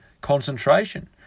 concentration